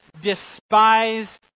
despise